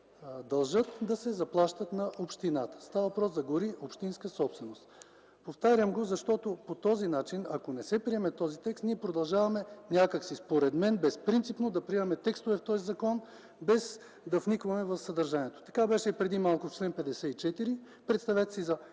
дължат, да се заплащат на общината. Става въпрос за гори общинска собственост. Повтарям го, защото по този начин, ако не се приеме този текст, ние продължаваме някак си, според мен, безпринципно да приемаме тестове в този закон, без да вникваме в съдържанието. Така беше и преди малко с чл. 54. Представете си за